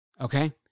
okay